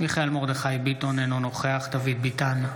מיכאל מרדכי ביטון, אינו נוכח דוד ביטן,